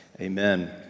Amen